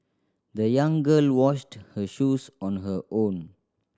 the young girl washed her shoes on her own